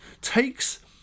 takes